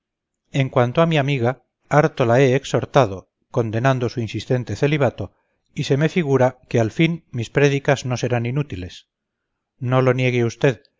en cuanto a mi amiga harto la he exhortado condenando su insistente celibato y se me figura que al fin mis prédicas no serán inútiles no lo niegue usted